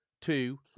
two